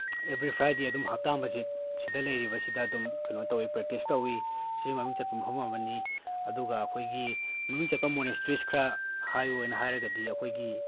every Friday ꯑꯗꯨꯝ ꯍꯞꯇꯥ ꯃꯁꯖꯤꯠ ꯁꯤꯗ ꯂꯩꯔꯤꯕꯁꯤꯗ ꯑꯗꯨꯝ ꯀꯩꯅꯣ ꯇꯧꯋꯤ ꯄ꯭ꯔꯦꯛꯇꯤꯁ ꯇꯧꯏ ꯁꯤ ꯃꯃꯤꯡ ꯆꯠꯄ ꯃꯐꯝ ꯑꯃꯅꯤ ꯑꯗꯨꯒ ꯑꯩꯈꯣꯏꯒꯤ ꯃꯃꯤꯡ ꯆꯠꯄ ꯃꯣꯅꯦꯁꯇ꯭ꯔꯤꯁ ꯈꯔ ꯍꯥꯏꯌꯨꯅ ꯍꯥꯏꯔꯒꯗꯤ ꯑꯩꯈꯣꯏꯒꯤ